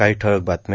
काही ठळक बातम्या